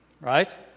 Right